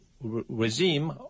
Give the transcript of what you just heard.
regime